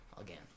again